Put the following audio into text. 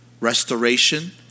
restoration